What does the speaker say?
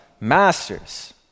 masters